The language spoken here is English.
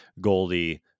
Goldie